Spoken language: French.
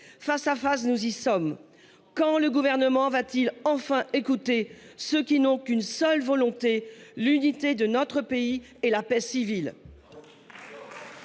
Face à face, nous y sommes ! Quand le Gouvernement écoutera t il enfin ceux qui n’ont qu’une seule volonté : l’unité de notre pays et la paix civile ?